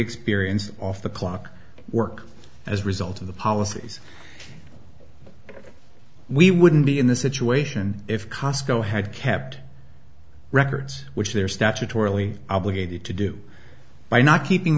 experience off the clock work as a result of the policies we wouldn't be in the situation if cosco had kept records which they're statutorily obligated to do by not keeping